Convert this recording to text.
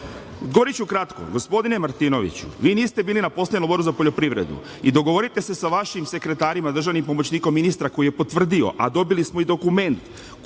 okej. Odgovoriću kratko, gospodine Martinoviću, vi niste bili na poslednjem Odboru za poljoprivredu i dogovorite se sa vašim sekretarima, državnim pomoćnikom ministra koji je potvrdio, a dobili smo i dokument